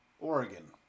Oregon